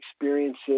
experiences